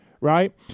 right